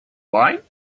wine